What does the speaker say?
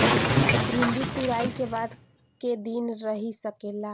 भिन्डी तुड़ायी के बाद क दिन रही सकेला?